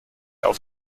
auf